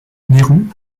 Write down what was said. nehru